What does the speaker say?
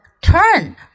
turn